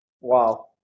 Wow